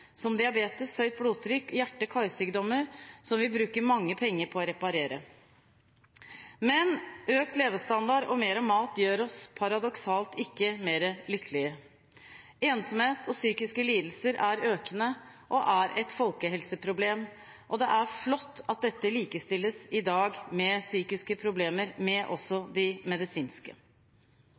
også livsstilssykdommer som diabetes, høyt blodtrykk og hjerte- og karsykdommer, som vi bruker mange penger på å reparere. Men økt levestandard og mer mat gjør oss paradoksalt nok ikke mer lykkelige. Ensomhet og psykiske lidelser er økende og er et folkehelseproblem, og det er flott at psykiske problemer i dag likestilles med medisinske.